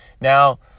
Now